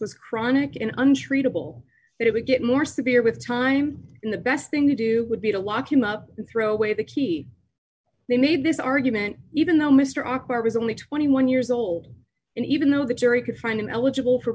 was chronic and untreatable that it would get more severe with time in the best thing to do would be to walk him up and throw away the key they made this argument even though mr akbar was only twenty one years old and even though the jury could find him eligible for